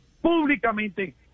públicamente